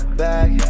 back